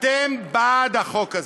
אתם בעד החוק הזה.